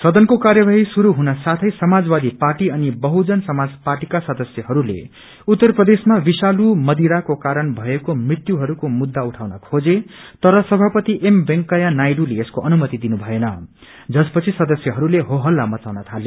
सदनको कार्यवाही श्रुरू हुन साथै समाजवादी पार्टी अनि बहुजन समाज पार्टीका सदस्यहरूले उत्तर प्रदेशमा विषालू मदिराको कारण भएको मृत्युहरूको मुख्य उठाउन खोजे तर समापति एम वेंकैया नायडूले यसको अनुमति दिनु भएन जसपछि सदस्यहस्ते हो हल्ला मच्चाउन थाले